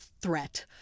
threat